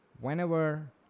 whenever